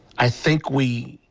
i think we